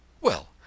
Well